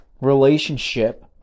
relationship